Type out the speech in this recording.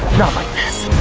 not like this.